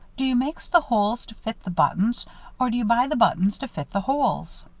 do you makes the holes to fit the buttons or do you buy the buttons to fit the holes?